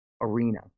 Arena